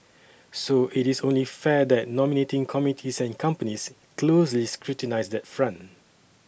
so it is only fair that nominating committees and companies closely scrutinise that front